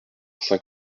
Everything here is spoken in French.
saint